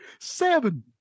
Seven